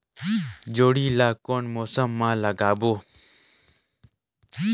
जोणी ला कोन मौसम मा लगाबो?